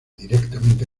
directamente